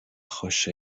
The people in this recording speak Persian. خوش